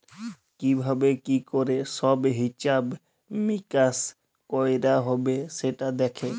কি ভাবে কি ক্যরে সব হিছাব মিকাশ কয়রা হ্যবে সেটা দ্যাখে